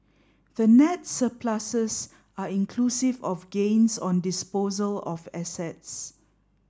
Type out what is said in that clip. the net surpluses are inclusive of gains on disposal of assets